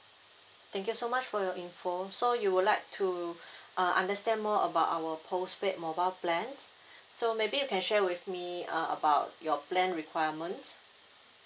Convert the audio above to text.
thank you so much for your info so you would like to uh understand more about our postpaid mobile plan so maybe you can share with me uh about your plan requirements